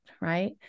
right